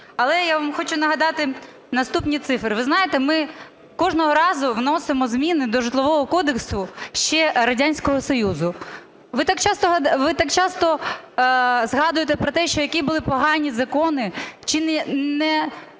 Але я вам хочу нагадати наступні цифри. Ви знаєте, ми кожного разу вносимо зміни до Житлового кодексу ще Радянського Союзу. Ви так часто згадуєте про те, що які були погані закони. Чи не